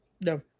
No